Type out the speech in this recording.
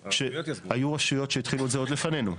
היו רשויות שהתחילו את זה עוד לפנינו.